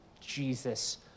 Jesus